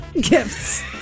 Gifts